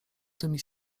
tymi